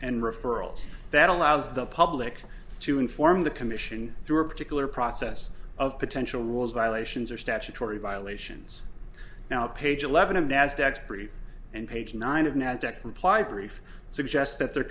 and referrals that allows the public to inform the commission through a particular process of potential rules violations or statutory violations now page eleven of nasdaq sprit and page nine of nasdaq's reply brief suggests that there